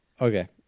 Okay